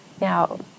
Now